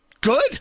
good